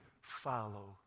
follow